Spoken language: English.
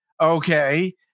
Okay